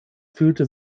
fühlte